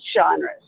genres